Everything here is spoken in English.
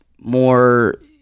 more